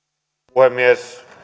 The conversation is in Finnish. puhemies